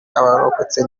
abarokotse